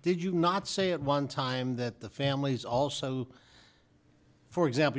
did you not say at one time that the families also for example